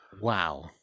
wow